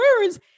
words